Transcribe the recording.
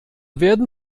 werden